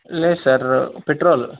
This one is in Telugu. లేదు సార్ పెట్రోల్